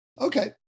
Okay